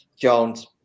Jones